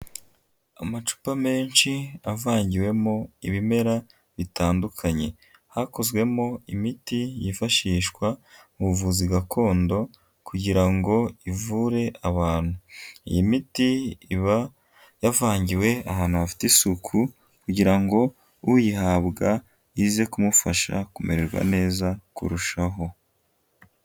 Amacupa menshi avangiwemo ibimera bitandukanye, hakozwemo imiti yifashishwa mu buvuzi gakondo, kugira ngo ivure abantu. Iyi miti iba yavangiwe ahantu hafite isuku, kugira ngo uyihabwa ize kumufasha kumererwa neza kurushaho.